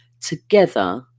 Together